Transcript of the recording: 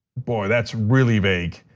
boy, that's really vague,